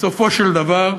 בסופו של דבר,